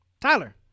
Tyler